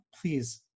please